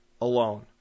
alone